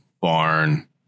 barn